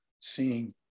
seeing